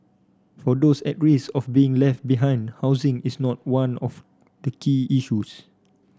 for those at risk of being left behind housing is not one of the key issues